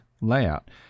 layout